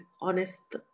honest